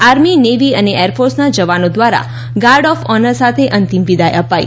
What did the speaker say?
army navy અને એરફોર્સના જવાનો દ્વારા ગાર્ડ ઓફ ઓનર સાથે અંતિમ વિદાય અપાઇ